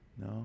No